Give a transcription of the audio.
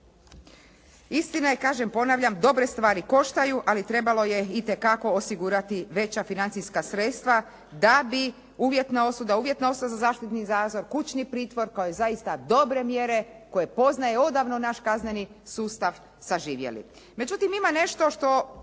Istina je kažem, ponavljam dobre stvari koštaju, ali trebalo je itekako osigurati veća financijska sredstva da bi uvjetna osuda, uvjetna osuda za zaštitni …/Govornica se ne razumije./…, kućni pritvor kao i zaista dobre mjere koje poznaje odavno naš kazneni sustav saživjeli.